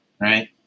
Right